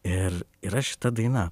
ir yra šita daina